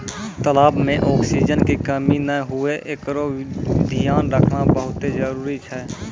तलाब में ऑक्सीजन के कमी नै हुवे एकरोॅ धियान रखना बहुत्ते जरूरी छै